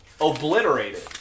obliterated